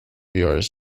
yours